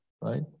right